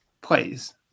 please